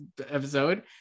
episode